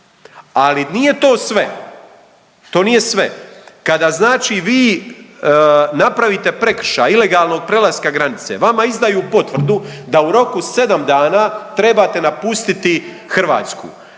ali nije to sve, to nije sve. Kada znači vi napravite prekršaj ilegalnog prelaska granice, vama izdaju potvrdu da u roku 7 dana trebate napustiti Hrvatsku,